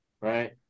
right